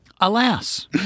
Alas